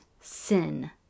sin